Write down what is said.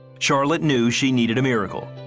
charlotte knew she needed a miracle.